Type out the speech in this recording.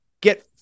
Get